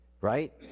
right